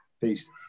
Peace